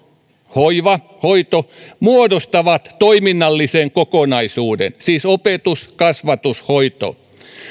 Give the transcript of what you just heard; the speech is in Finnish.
hoiva hoito muodostavat toiminnallisen kokonaisuuden siis opetus kasvatus hoito